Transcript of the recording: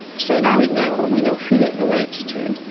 so now we know, we know who it relates to,